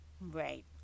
Right